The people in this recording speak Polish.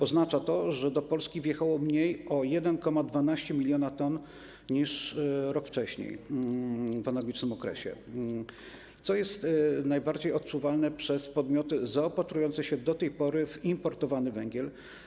Oznacza to, że do Polski wjechało mniej o 1,12 mln t niż rok wcześniej w analogicznym okresie, co jest najbardziej odczuwalne przez podmioty zaopatrujące się do tej pory w importowany węgiel.